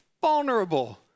vulnerable